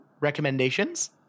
recommendations